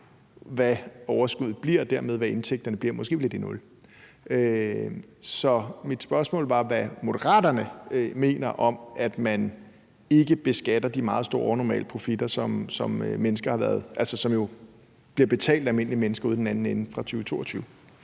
hvad overskuddet bliver, og dermed hvad indtægterne bliver; måske bliver de nul. Så mit spørgsmål handlede om, hvad Moderaterne mener om, at man ikke beskatter de meget store overnormale profitter, som jo er blevet betalt af almindelige mennesker ude i den anden ende i 2022.